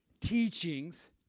teachings